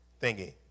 thingy